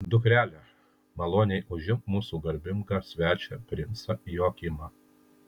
dukrele maloniai užimk mūsų garbingą svečią princą joakimą